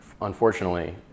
unfortunately